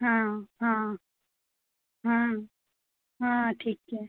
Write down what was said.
हाँ हाँ हाँ हाँ ठीक है